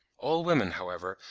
all women, however,